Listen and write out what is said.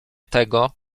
tego